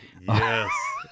Yes